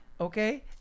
Okay